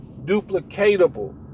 duplicatable